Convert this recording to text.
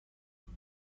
بعدی